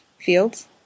fields